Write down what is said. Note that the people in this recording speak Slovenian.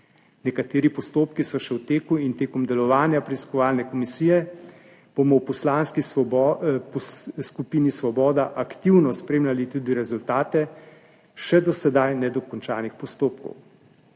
Nekateri postopki so še v teku in med delovanjem preiskovalne komisije bomo v Poslanski skupini Svoboda aktivno spremljali tudi rezultate še do sedaj nedokončanih postopkov.